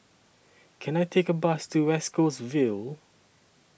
Can I Take A Bus to West Coast Vale